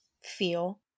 feel